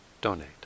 donate